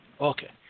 Okay